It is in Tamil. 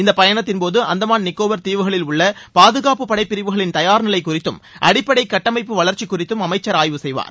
இந்த பயணத்தின்போது அந்தமான் நிக்கோபாா் தீவுகளில் உள்ள பாதுகாப்பு படை பிரிவுகளின் தயார்நிலை குறித்தும் அடிப்படை கட்டமைப்பு வளர்ச்சி குறித்தும் அமைச்சர் ஆய்வு செய்வார்